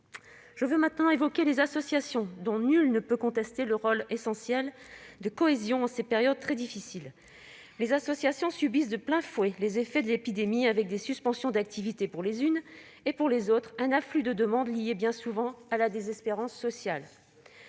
Je veux maintenant évoquer les associations, dont nul ne peut contester le rôle essentiel de cohésion en ces périodes très difficiles. Les associations subissent de plein fouet les effets de l'épidémie avec des suspensions d'activités pour certaines et un afflux de demandes, bien souvent liées à la désespérance sociale,